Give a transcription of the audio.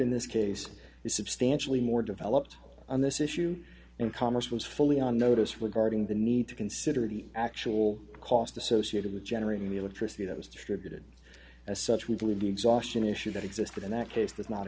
in this case is substantially more developed on this issue in commerce was fully on notice regarding the need to consider the actual cost associated with generating the electricity that was distributed as such we believe the exhaustion issue that existed in that case